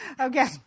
Okay